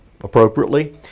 appropriately